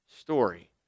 story